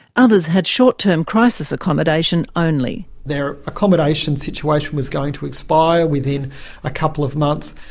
others had short-term crisis accommodation only. their accommodation situation was going to expire within a couple of months,